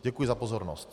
Děkuji za pozornost.